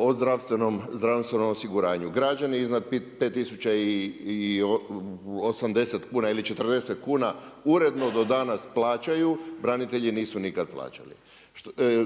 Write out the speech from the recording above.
o zdravstvenom osiguranju. Građani iznad 5080 ili 40 kuna uredno do danas plaćaju, branitelji nisu nikad plaćali.